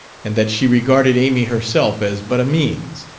and that she regarded amy herself as but a means,